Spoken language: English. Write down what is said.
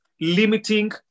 limiting